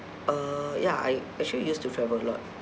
uh ya I actually used to travel a lot